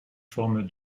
forme